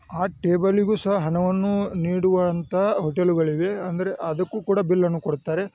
ಆ ಟೇಬಲ್ಲಿಗು ಸಹ ಹಣವನ್ನು ನೀಡುವಂಥ ಹೋಟೆಲುಗಳಿವೆ ಅಂದರೆ ಅದಕ್ಕು ಕೂಡ ಬಿಲ್ಲನ್ನು ಕೊಡುತ್ತಾರೆ